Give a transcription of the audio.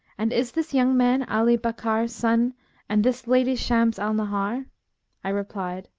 and is this young man ali bakkar-son and this lady shams al-nahar i replied,